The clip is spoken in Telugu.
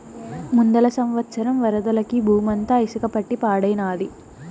ముందల సంవత్సరం వరదలకి బూమంతా ఇసక పట్టి పాడైనాది